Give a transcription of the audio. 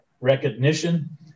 recognition